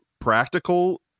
practical